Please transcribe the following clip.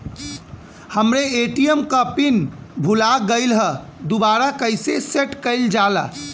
हमरे ए.टी.एम क पिन भूला गईलह दुबारा कईसे सेट कइलजाला?